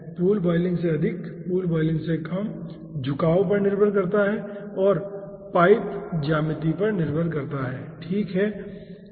pool boiling से अधिक pool boiling से कम झुकाव पर निर्भर करता है और पाइप ज्यामिति पर निर्भर करता है ठीक है